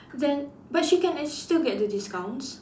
then but she can actually still get the discounts